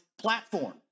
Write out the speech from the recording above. platform